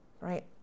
right